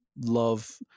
love